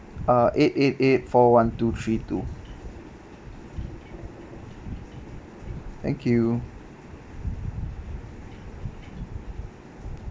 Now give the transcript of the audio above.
uh eight eight eight four one two three two thank you